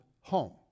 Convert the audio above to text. home